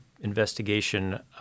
investigation